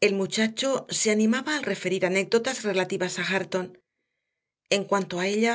el muchacho se animaba al referir anécdotas relativas a hareton en cuanto a ella